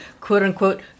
quote-unquote